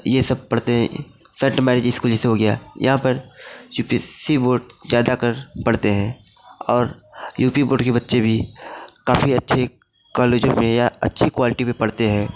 यह सब पढ़ते हैं सेंट मैरेज स्कूल जैसे हो गया यहाँ पर U P S C board ज़्यादातर पढ़ते हैं और यू पी बोर्ड के बच्चे भी काफ़ी अच्छे कॉलेजों में या अच्छी क्वालिटी में पढ़ते हैं